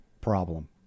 problem